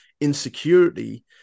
insecurity